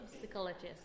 psychologist